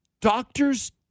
Doctors